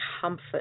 comfort